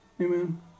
amen